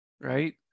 Right